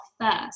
first